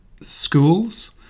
schools